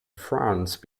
france